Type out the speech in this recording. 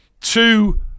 two